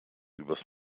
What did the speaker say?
übers